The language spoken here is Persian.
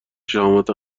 شهامت